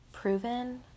proven